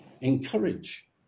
Encourage